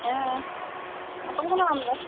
ᱦᱮᱸ ᱚᱠᱚᱭ ᱠᱟᱱᱟᱢ ᱟᱢ ᱫᱚ